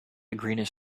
greenish